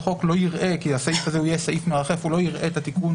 כי האדם שיפתח את החוק לא יראה את התיקון